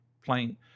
Playing